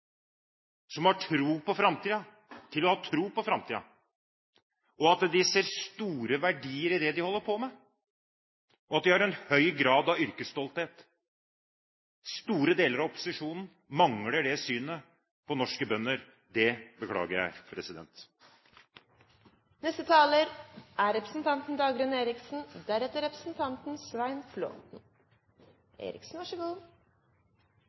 som har tro på framtiden, ser store verdier i det de holder på med, og de har en høy grad av yrkesstolthet. Store deler av opposisjonen mangler det synet på norske bønder. Det beklager jeg. Jeg har fulgt debatten om forhandlingene ganske nøye. Jeg synes det er